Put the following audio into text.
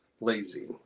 lazy